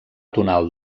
tonal